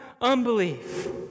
unbelief